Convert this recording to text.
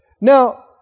Now